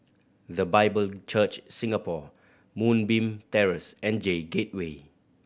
The Bible Church Singapore Moonbeam Terrace and J Gateway